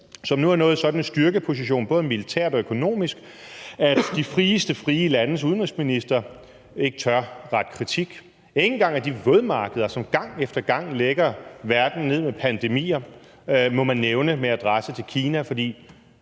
har nu nået sådan en styrkeposition, både militært og økonomisk, at de frieste frie landes udenrigsminister ikke tør rette kritik; ikke engang de vådmarkeder, som gang efter gang lægger verden ned med pandemier, må man nævne med adresse til Kina, fordi